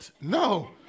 No